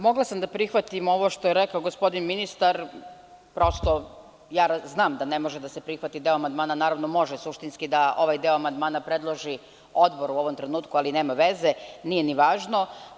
Mogla sam da prihvatim ovo što je reako gospodin ministar, prosto ja znam da ne može da se prihvati deo amandmana, naravno može suštinski da ovaj deo amandmana predloži Odbor, u ovom trenutku, ali nema veze, nije ni važno.